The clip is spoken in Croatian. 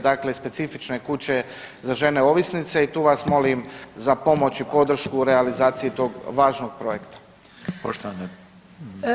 Dakle, specifične kuće za žene ovisnice i tu vas molim za pomoć i podršku u realizaciji tog važnog projekta.